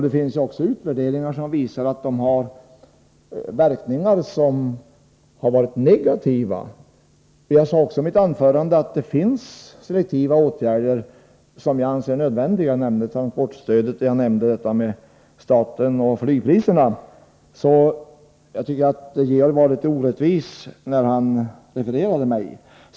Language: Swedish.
Det finns också utvärderingar som visar att de selektiva åtgärderna har haft negativa verkningar. Jag sade i mitt anförande emellertid också att det finns selektiva åtgärder som jag anser nödvändiga. Jag nämnde transportstödet och staten och flygpriserna. Jag tycker därför att Georg Andersson var litet orättvis när han refererade mig.